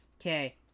Okay